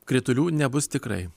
kritulių nebus tikrai